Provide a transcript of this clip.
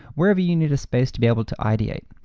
wherever you need a space to be able to ideate.